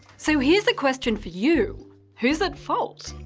so here's a question for you who's at fault?